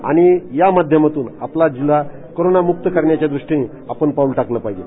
आणि या माध्यमातून आपला जिल्हा कोरोना करण्याच्या दृष्टीनं आपण पाऊल टाकलं पाहिजे